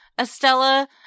Estella